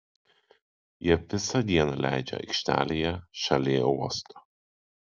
jie visą dieną leidžia aikštelėje šalie uosto